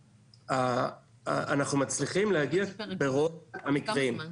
אנחנו מצליחים להגיע ברוב המקרים,